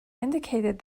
indicated